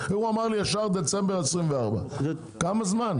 הוא אמר לי ישר דצמבר 24'. כמה זמן?